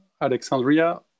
Alexandria